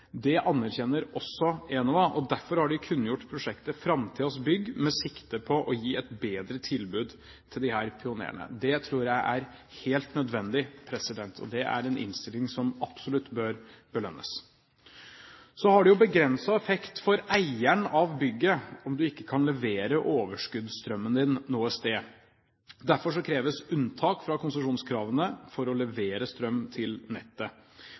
Det anerkjenner også Enova, og derfor har de kunngjort prosjektet fremtidens bygg, med sikte på å gi et bedre tilbud til disse pionerene. Det tror jeg er helt nødvendig, og det er en innstilling som absolutt bør belønnes. Så har det begrenset effekt for eieren av bygget om du ikke kan levere overskuddsstrømmen din noe sted. Derfor kreves det unntak fra konsesjonskravene for å levere strøm til nettet.